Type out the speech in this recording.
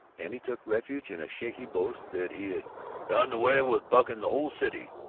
and he took refuge in a shaky boast that he had gotten away with bucking the whole city.